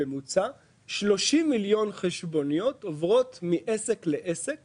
בממוצע 30 מיליון חשבוניות עוברות מעסק לעסק